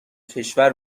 کشور